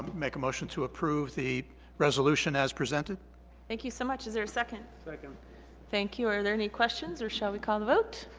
make a motion to approve the resolution as presented thank you so much. is there a second second thank you are there any questions or shall we call the vote